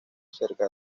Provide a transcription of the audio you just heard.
cerca